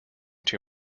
too